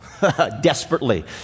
desperately